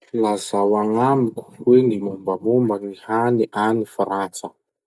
Lazao agnamiko hoe gny mombamomba gny hany agny Frantsa?